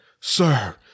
sir